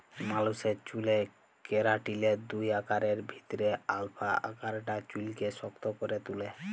মালুসের চ্যুলে কেরাটিলের দুই আকারের ভিতরে আলফা আকারটা চুইলকে শক্ত ক্যরে তুলে